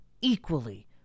equally